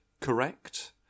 Correct